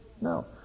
No